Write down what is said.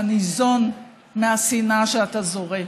אתה ניזון מהשנאה שאתה זורה,